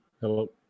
hello